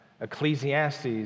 Ecclesiastes